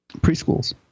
preschools